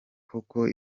koko